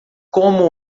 como